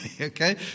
okay